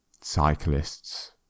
cyclists